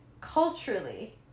culturally